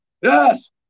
Yes